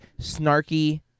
snarky